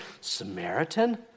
Samaritan